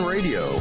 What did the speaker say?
Radio